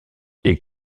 est